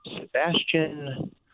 Sebastian